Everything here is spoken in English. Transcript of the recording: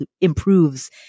improves